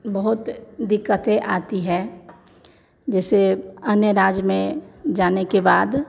बहुत दिक्कतें आती है जैसे अन्य राज में जाने के बाद